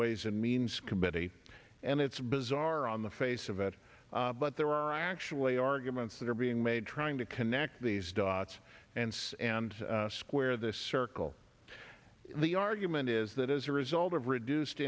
ways and means committee and it's bizarre on the face of it but there are actually arguments that are being made trying to connect these dots and say and square this circle the argument is that as a result of reduced